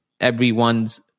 everyone's